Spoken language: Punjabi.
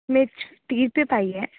ਮਿਰਚ ਤੀਹ ਰੁਪਏ ਪਾਈਆ